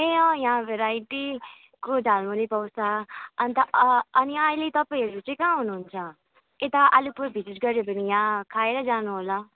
ए यहाँ भेराइटीको झालमुरी पाउँछ अन्त अनि अहिले तपाईँहरू चाहिँ कहाँ हुनुहुन्छ यता अलिपुर भिजिट गऱ्यो भने यहाँ खाएर जानुहोला